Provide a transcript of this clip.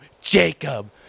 Jacob